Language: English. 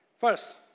First